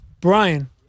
Brian